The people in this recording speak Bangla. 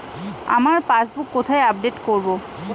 আমার পাসবুক কোথায় আপডেট করব?